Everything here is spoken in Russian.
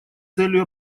целью